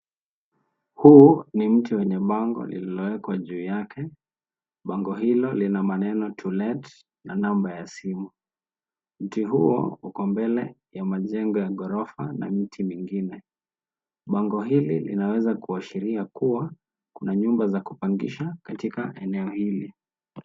Huu ni mti wenye bango lililo wekwa juu yake. Bango hilo lina maneno To let na namba ya simu, mti huo uko mbele ya majengo ya gorofa na miti mingine. Bango hili linaweza kuashiria kuwa kuna nyumba za kupangisha katika eneo hili.